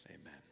Amen